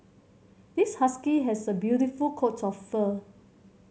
this husky has a beautiful coat of fur